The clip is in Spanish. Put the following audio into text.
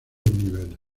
niveles